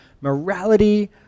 morality